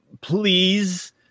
please